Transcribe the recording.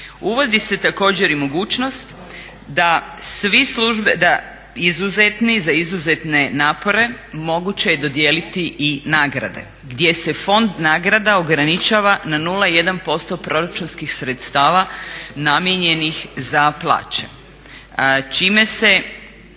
Uvodi se također i mogućnost da svi službenici, da izuzetni, za izuzetne napore moguće je dodijeliti i nagrade, gdje se fond nagrada ograničava na 0,1% proračunskih sredstava namijenjenih za plaće čime se